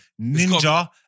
Ninja